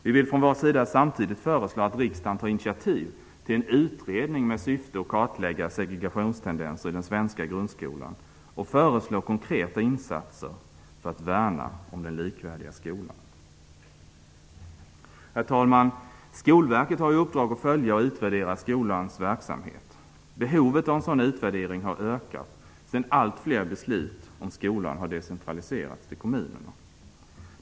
Vi vill från vår sida samtidigt föreslå att riksdagen tar initiativ till en utredning med syfte att kartlägga segregationstendenser i den svenska grundskolan och föreslå konkreta insatser för att värna om den likvärdiga skolan. Herr talman! Skolverket har i uppdrag att följa och utvärdera skolans verksamhet. Behovet av en sådan utvärdering har ökat sedan allt fler beslut om skolan har decentraliserats till kommunerna.